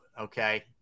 okay